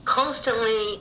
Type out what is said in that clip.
constantly